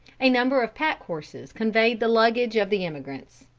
a number of pack-horses conveyed the luggage of the emigrants.